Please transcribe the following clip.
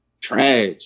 trash